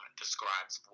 describes